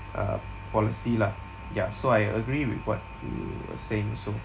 uh policy lah ya so I agree with what you were saying also